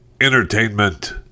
entertainment